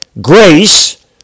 grace